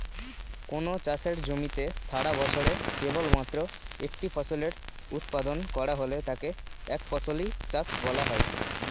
কোনও চাষের জমিতে সারাবছরে কেবলমাত্র একটি ফসলের উৎপাদন করা হলে তাকে একফসলি চাষ বলা হয়